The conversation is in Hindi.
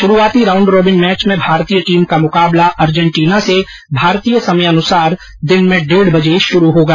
शुरूआती राउंड रोबिन मैच में भारतीय टीम का मुकाबला अर्जेंटीना से भारतीय समयानुसार दिन में डेढ़ बजे शुरू होगा